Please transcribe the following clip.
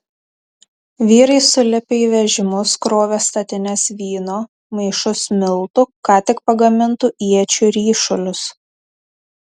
vyrai sulipę į vežimus krovė statines vyno maišus miltų ką tik pagamintų iečių ryšulius